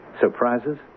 Surprises